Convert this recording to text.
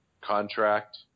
contract